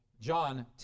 John